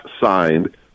signed